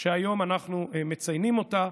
שהיום אנחנו מציינים אותה,